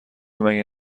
مگه